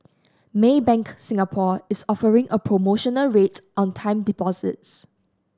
Maybank Singapore is offering a promotional rate on time deposits